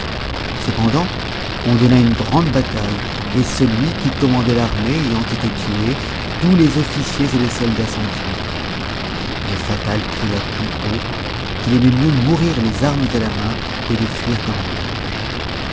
cependant on donna une grande bataille et celui qui commandait l'armée ayant été tué tous les officiers et les soldats s'enfuirent mais fatal cria tout haut qu'il aimait mieux mourir les armes à la main que de fuir comme un lâche